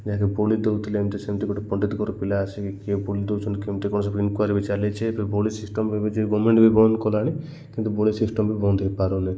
ଯାହାକି ବଳି ଦଉଥିଲେ ଏମତି ସେମିତି ଗୋଟେ ପଣ୍ଡିତ ଘର ପିଲା ଆସିକି କିଏ ବଲି ଦଉଛନ୍ତି କେମିତି କଣ ଇନକ୍ଵାର ବି ଚାଲିଛ ବଳି ସିଷ୍ଟମ ଏବେ ଗମେଣ୍ଟ ବି ବନ୍ଦ କଲାଣି କିନ୍ତୁ ବଳି ସିଷ୍ଟମ ବି ବନ୍ଦ ହେଇପାରୁନି